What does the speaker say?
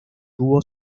tuvo